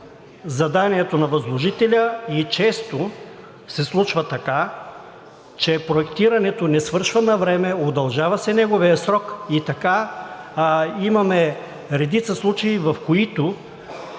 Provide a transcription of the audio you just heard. заданието на възложителя. Често се случва така, че проектирането не свършва навреме, удължава се неговият срок и така имаме редица случаи, в които